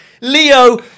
leo